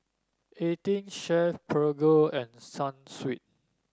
Eighteen Chef Prego and Sunsweet